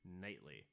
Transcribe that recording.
Nightly